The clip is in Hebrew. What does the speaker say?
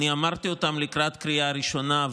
אני אמרתי אותם לקראת קריאה ראשונה,